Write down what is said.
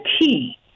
key